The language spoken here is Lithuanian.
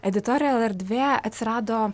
editorial erdvė atsirado